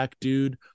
dude